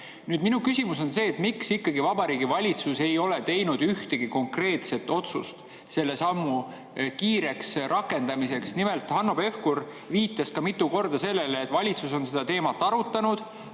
Minu küsimus on see: miks Vabariigi Valitsus ei ole teinud ühtegi konkreetset otsust selle sammu kiireks rakendamiseks? Nimelt, Hanno Pevkur viitas ka mitu korda sellele, et valitsus on seda teemat arutanud